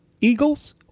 Eagles